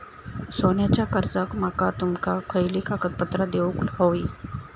सोन्याच्या कर्जाक माका तुमका खयली कागदपत्रा देऊक व्हयी?